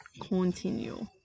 Continue